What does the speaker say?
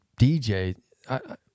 DJ